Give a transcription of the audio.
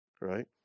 right